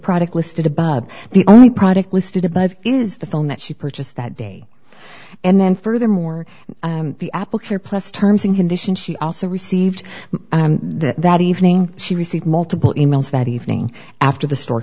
product listed above the only product listed above is the film that she purchased that day and then furthermore the apple care plus terms and conditions she also received that evening she received multiple e mails that evening after the store